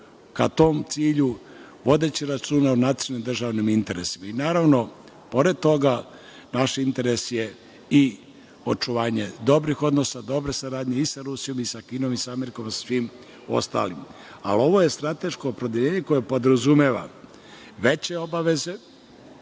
ka tom cilju, vodeći računa o nacionalnim državnim interesima. Naravno, pored toga, naš interes je i očuvanje dobrih odnosa, dobre saradnje i sa Rusijom i sa Kinom i sa Amerikom i svim ostalim. Ovo je strateško opredeljenje koje podrazumeva veće obaveze